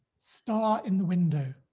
star in the window.